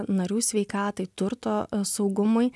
narių sveikatai turto saugumui